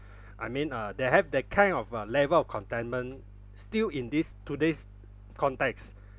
I mean uh they have that kind of uh level of contentment still in this today's context